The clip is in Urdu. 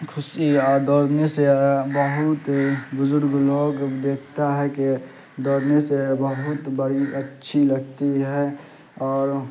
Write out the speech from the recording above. خوشی اور دوڑنے سے بہت بزرگ لوگ دیکھتا ہے کہ دوڑنے سے بہت بڑی اچھی لگتی ہے اور